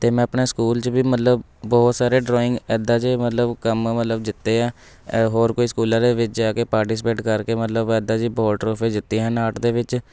ਅਤੇ ਮੈਂ ਆਪਣੇ ਸਕੂਲ 'ਚ ਵੀ ਮਤਲਬ ਬਹੁਤ ਸਾਰੇ ਡਰਾਇੰਗ ਇੱਦਾਂ ਦੇ ਮਤਲਬ ਕੰਮ ਮਤਲਬ ਜਿੱਤੇ ਆ ਹੋਰ ਕੋਈ ਸਕੂਲਾਂ ਦੇ ਵਿੱਚ ਜਾ ਕੇ ਪਾਰਟੀਸਪੇਟ ਕਰਕੇ ਮਤਲਬ ਇੱਦਾਂ ਦੀ ਬਹੁਤ ਟਰੋਫੀ ਜਿੱਤੀਆਂ ਹਨ ਆਰਟ ਦੇ ਵਿੱਚ